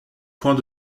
point